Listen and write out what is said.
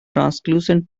translucent